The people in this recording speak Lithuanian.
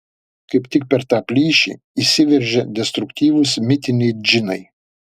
kaip tik per tą plyšį įsiveržia destruktyvūs mitiniai džinai